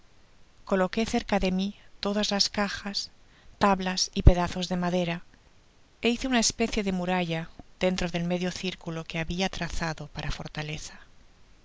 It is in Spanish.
coloqué cerca de mi todas las cajas tablas y pedazos de madera é hice una especie de muralla dentro del medio eirculo que habia trazado para fortaleza